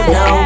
no